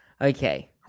Okay